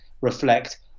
reflect